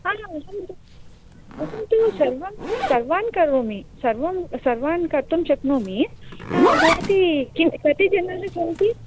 परन्तु सर्वं सर्वान् करोमि सर्वं सर्वान् कर्तुं शक्नोमि भवती किं कति जनाः सन्ति